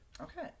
Okay